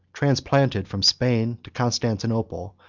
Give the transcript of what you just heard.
transplanted from spain to constantinople,